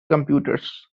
computers